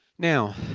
now,